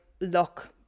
look